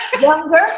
Younger